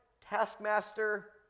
taskmaster